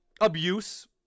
abuse